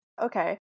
Okay